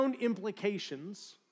implications